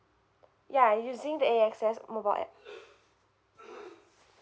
yeah using the A_X_S mobile app